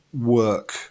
work